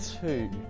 two